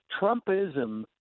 Trumpism